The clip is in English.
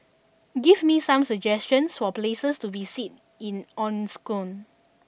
give me some suggestions for places to visit in Asuncion